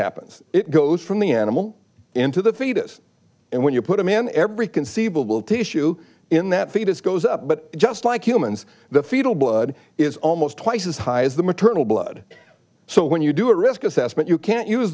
happens it goes from the animal into the fetus and when you put a man every conceivable tissue in that fetus goes up but just like humans the fetal blood is almost twice as high as the maternal blood so when you do a risk assessment you can't use